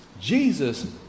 Jesus